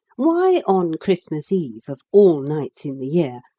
why on christmas eve, of all nights in the year,